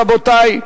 רבותי,